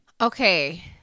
okay